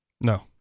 No